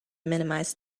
minimize